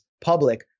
public